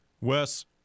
Wes